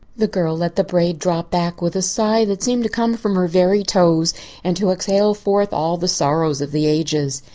the girl let the braid drop back with a sigh that seemed to come from her very toes and to exhale forth all the sorrows of the ages.